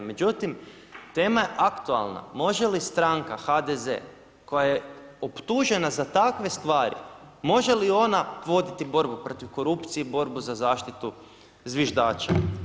Međutim, tema je aktualna, može li stranka HDZ koja je optužena za takve stvari, može li ona voditi borbu protiv korupcije i borbu za zaštitu zviždača?